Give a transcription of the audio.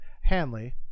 Hanley